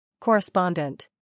Correspondent